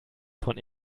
von